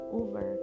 over